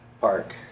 Park